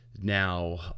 now